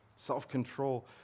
Self-control